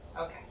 Okay